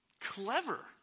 clever